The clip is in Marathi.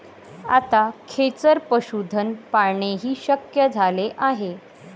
आता खेचर पशुधन पाळणेही शक्य झाले आहे